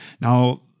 Now